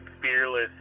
fearless